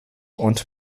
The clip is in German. und